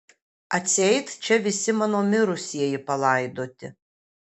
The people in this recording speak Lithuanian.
atseit čia visi mano mirusieji palaidoti